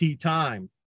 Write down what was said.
time